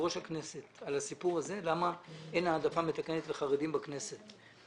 ראש הכנסת כדי לדעת למה אין העדפה מתקנת לחרדים בכנסת.